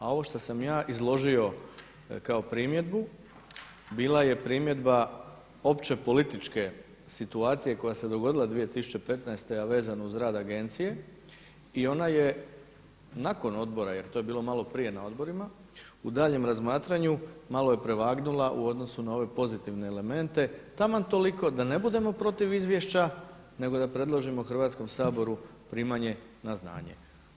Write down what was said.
A ovo što sam ja izložio kao primjedbu bila je primjedba opće političke situacije koja se dogodila 2015., a vezano uz rad Agencije i ona je nakon odbora jer to je bilo malo prije na odborima u daljnjem razmatranju malo je prevagnula u odnosu na ove pozitivne elemente taman toliko da ne budemo protiv izvješća, nego da predložimo Hrvatskom saboru primanje na znanje.